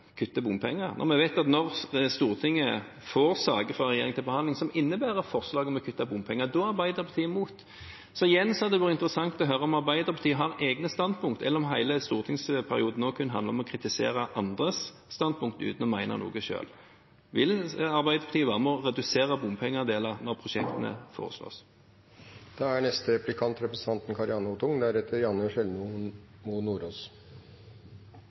kutte bompenger, når vi vet at når Stortinget får saker fra regjeringen til behandling som innebærer forslag om å kutte bompenger, er Arbeiderpartiet imot. Så igjen hadde det vært interessant å høre om Arbeiderpartiet har egne standpunkt, eller om hele stortingsperioden kun handler om å kritisere andres standpunkt uten å mene noe selv. Vil Arbeiderpartiet være med på å redusere bompengeandeler når prosjektene